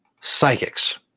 psychics